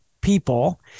people